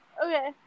Okay